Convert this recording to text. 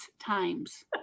times